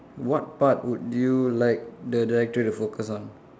what part would you like the director to focus on